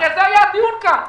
הרי זה היה הדיון כאן,